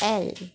L